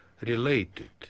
related